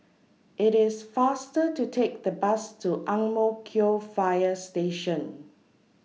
IT IS faster to Take The Bus to Ang Mo Kio Fire Station